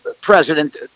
President